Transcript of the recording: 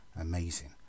amazing